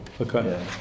Okay